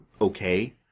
okay